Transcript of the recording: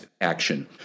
action